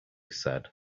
said